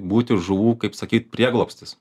būti žuvų kaip sakyt prieglobstis